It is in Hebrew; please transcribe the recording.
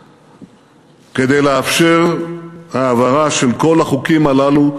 כדי לאפשר העברה של כל החוקים הללו,